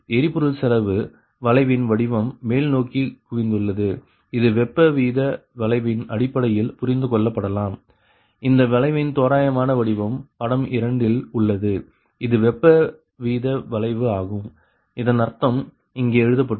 எரிபொருள் செலவு வளைவின் வடிவம் மேல்நோக்கி குவிந்துள்ளது இது வெப்ப வீத வளைவின் அடிப்படையில் புரிந்துகொள்ள படலாம் இந்த வளைவின் தோராயமான வடிவம் படம் 2 இல் உள்ளது இது வெப்ப வீத வளைவு ஆகும் இதன் அர்த்தம் இங்கே எழுதப்பட்டுள்ளது 100 க்கு 0